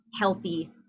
healthy